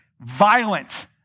Violent